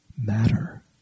matter